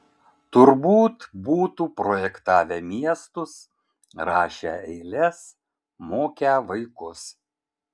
turbūt būtų projektavę miestus rašę eiles mokę vaikus